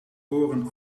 oren